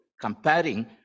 comparing